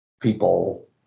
people